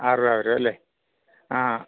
ആറ് രൂപ വരും അല്ലേ ആ